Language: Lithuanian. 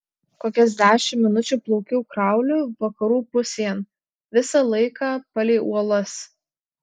kokias dešimt minučių plaukiau krauliu vakarų pusėn visą laiką palei uolas